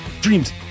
Dreams